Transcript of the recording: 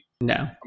No